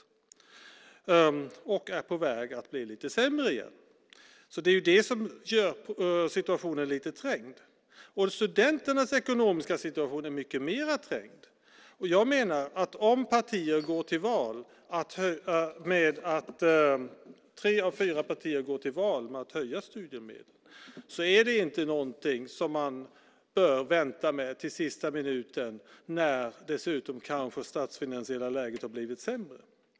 Läget är dock nu på väg att bli lite sämre igen, vilket gör situationen något trängd. Studenternas ekonomiska situation är emellertid mycket mer trängd, och jag menar att om tre av fyra partier går till val på att höja studiemedlen är det inte något som man bör vänta med till sista minuten - då det statsfinansiella läget dessutom kanske blivit sämre.